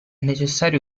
necessario